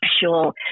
Sure